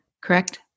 correct